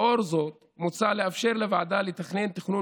לאור זאת מוצע לאפשר לוועדה לתכנן תכנון